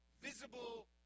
Visible